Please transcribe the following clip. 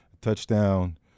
touchdown